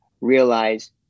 realize